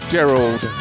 Gerald